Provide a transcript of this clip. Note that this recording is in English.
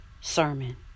sermon